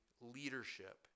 leadership